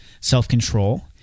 self-control